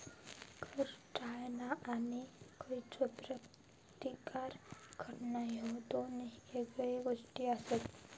कर टाळणा आणि करचो प्रतिकार करणा ह्ये दोन येगळे गोष्टी आसत